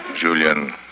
Julian